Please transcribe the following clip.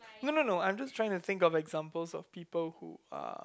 no no no I'm just trying to think of examples of people who are